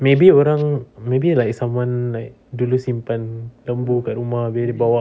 maybe orang maybe like someone like dulu simpan lembu kat rumah abeh dia bawa